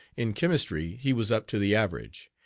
in chemistry he was up to the average.